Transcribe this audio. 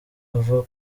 ava